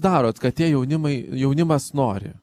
darot kad tie jaunimui jaunimas nori